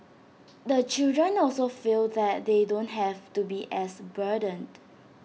the children also feel that they don't have to be as burdened